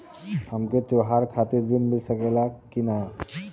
हमके त्योहार खातिर त्रण मिल सकला कि ना?